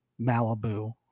Malibu